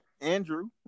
Andrew